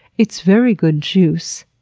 it's very good juice.